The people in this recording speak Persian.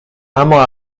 اما